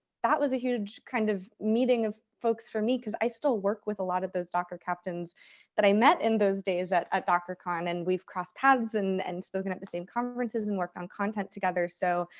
that was a huge kind of meeting of folks for me cause i still work with a lot of those docker captains that i met in those days at at dockercon and we've crossed paths and and spoken at the same conferences and worked on content together. so,